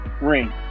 ring